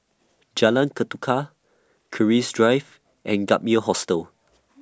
Jalan Ketuka Keris Drive and Gap Year Hostel